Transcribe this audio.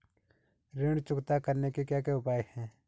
ऋण चुकता करने के क्या क्या उपाय हैं?